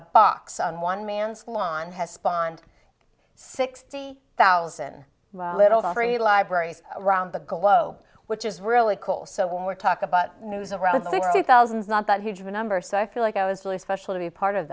a box on one man's lawn has spawned sixty thousand little free libraries around the globe which is really cool so when we talk about news around sixty thousand is not that huge number so i feel like i was really special to be a part of